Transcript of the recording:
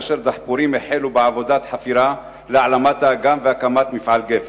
כאשר דחפורים החלו בעבודת חפירה להעלמת האגם והקמת מפעל גבס.